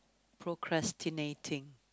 procrastinating